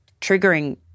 triggering